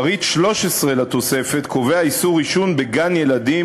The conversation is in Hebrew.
פריט 13 לתוספת קובע איסור עישון בגן-ילדים,